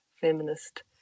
feminist